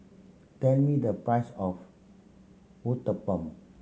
tell me the price of Uthapam